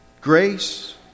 Grace